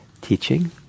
teaching